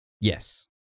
yes